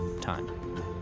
time